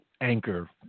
anchor